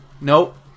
Nope